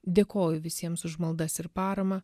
dėkoju visiems už maldas ir paramą